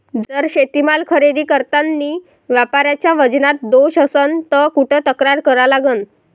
जर शेतीमाल खरेदी करतांनी व्यापाऱ्याच्या वजनात दोष असन त कुठ तक्रार करा लागन?